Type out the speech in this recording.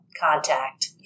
contact